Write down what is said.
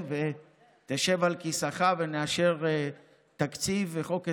ושתשב על כיסאך ונאשר תקציב וחוק הסדרים,